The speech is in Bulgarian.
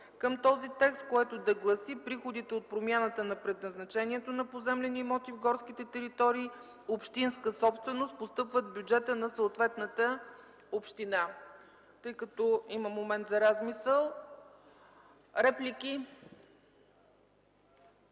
към този текст, което да гласи: „Приходите от промяната на предназначението на поземлени имоти в горските територии, общинска собственост, постъпват в бюджета на съответната община.” Тъй като има момент за размисъл – реплики?